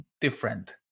different